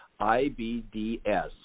IBDS